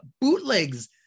Bootlegs